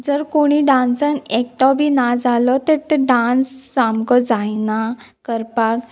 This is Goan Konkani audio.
जर कोणी डांसान एकटो बी ना जालो तर तो डांस सामको जायना करपाक